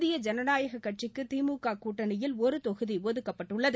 இந்திய ஜனநாயக கட்சிக்கு திமுக கூட்டணியில் ஒரு தொகுதி ஒதுக்கப்பட்டுள்ளது